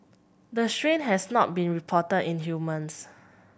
the strain has not been reported in humans